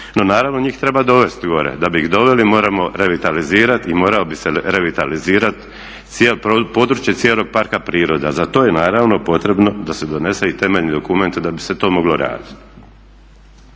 No, naravno njih treba dovesti gore. Da bi ih doveli moramo revitalizirati i moralo bi se revitalizirati područje cijelog parka prirode a za to je naravno potrebno da se donese i temeljni dokument da bi se to moglo raditi.